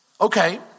Okay